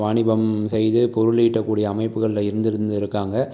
வாணிபம் செய்து பொருள் ஈட்டக் கூடிய அமைப்புகளில் இருந்திருந்திருக்காங்க